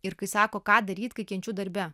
ir kai sako ką daryti kai kenčiu darbe